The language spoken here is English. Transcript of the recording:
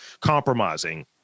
compromising